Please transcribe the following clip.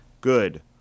good